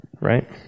Right